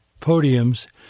podiums